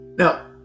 Now